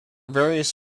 various